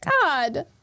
God